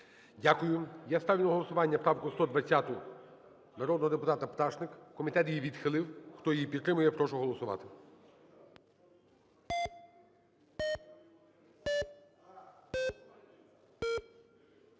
Дякую. Я ставлю на голосування правку 120 народного депутата Пташник, комітет її відхилив. Хто її підтримує, я прошу голосувати.